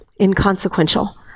inconsequential